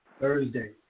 Thursday